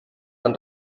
man